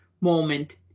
moment